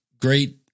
great